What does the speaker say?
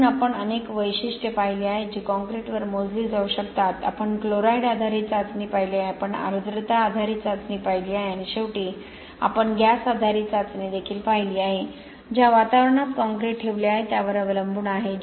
म्हणून आपण अनेक वैशिष्ट्ये पाहिली आहेत जी काँक्रीटवर मोजली जाऊ शकतात आपण क्लोराईड आधारित चाचणी पाहिली आहे आपण आर्द्रता आधारित चाचणी पाहिली आहे आणि शेवटी आपण गॅस आधारित चाचणी देखील पाहिली आहे ज्या वातावरणात काँक्रीट ठेवले आहे त्यावर अवलंबून आहे